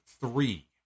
three